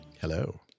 Hello